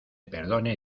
perdone